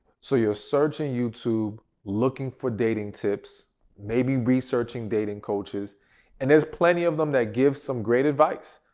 so, you're searching youtube looking for dating tips maybe researching dating coaches and there's plenty of them that give some great advice.